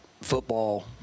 football